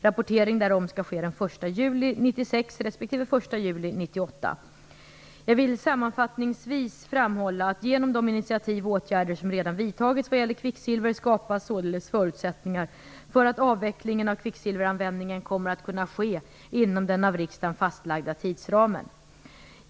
Rapportering därom skall ske den 1 juli 1996 respektive den Jag vill sammanfattningsvis framhålla att genom de initiativ och åtgärder som redan vidtagits vad gäller kvicksilver skapas således förutsättningar för att avvecklingen av kvicksilveranvändningen kommer att kunna ske inom den av riksdagen fastlagda tidsramen.